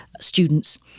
students